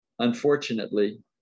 unfortunately